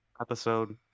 episode